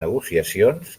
negociacions